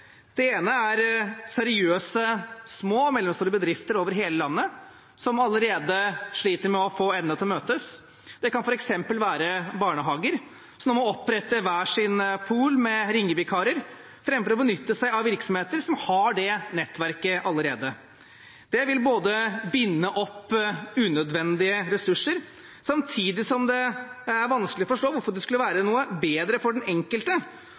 ene er seriøse små og mellomstore bedrifter over hele landet som allerede sliter med å få endene til å møtes. Det kan f.eks. være barnehager, som nå må opprette hver sin pool med ringevikarer framfor å benytte seg av virksomheter som har det nettverket allerede. Det vil binde opp unødvendige ressurser, og det er vanskelig å forstå hvorfor det skulle være noe bedre for den enkelte